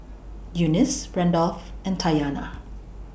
Eunice Randolf and Tatyana